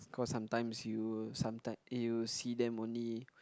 cause sometimes you sometime eh you see them only